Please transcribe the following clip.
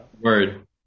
word